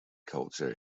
culture